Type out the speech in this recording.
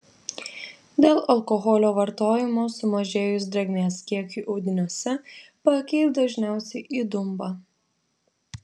dėl alkoholio vartojimo sumažėjus drėgmės kiekiui audiniuose paakiai dažniausiai įdumba